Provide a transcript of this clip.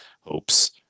hopes